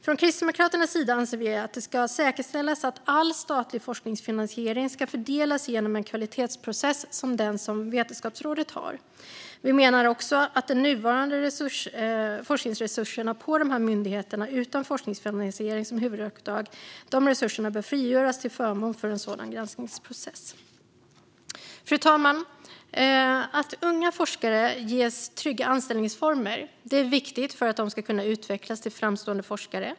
Från Kristdemokraternas sida anser vi att det ska säkerställas att all statlig forskningsfinansiering fördelas genom en kvalitetsprocess som den som Vetenskapsrådet har. Vi menar också att de nuvarande forskningsresurserna på dessa myndigheter utan forskningsfinansiering som huvuduppdrag bör frigöras till förmån för en sådan granskningsprocess. Fru talman! Att unga forskare ges trygga anställningsformer är viktigt för att de ska kunna utvecklas till framstående forskare.